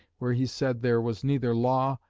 where he said there was neither law,